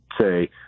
say